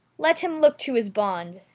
let him look to his bond,